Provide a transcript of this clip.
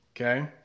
okay